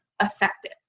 effective